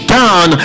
down